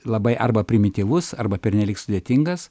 labai arba primityvus arba pernelyg sudėtingas